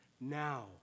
Now